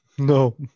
No